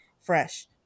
fresh